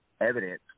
evidence